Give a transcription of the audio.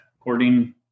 According